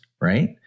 right